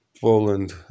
Poland